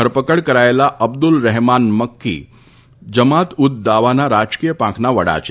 ધરપકડ કરાયેલ અબ્દુલ રહેમાન મક્કી જમાત ઉદ દાવાના રાજકીય પાંખના વડા છે